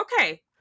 okay